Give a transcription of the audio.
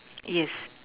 yes